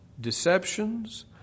deceptions